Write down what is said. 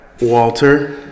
Walter